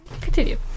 Continue